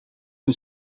two